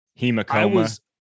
hematoma